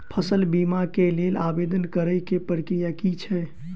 फसल बीमा केँ लेल आवेदन करै केँ प्रक्रिया की छै?